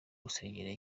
gusengera